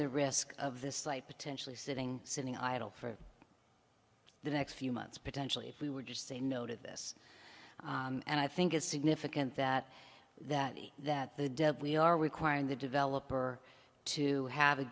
the risk of this slight potentially sitting sitting idle for the next few months potentially if we would just say no to this and i think it's significant that that that the debt we are requiring the developer to have a